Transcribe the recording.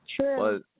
True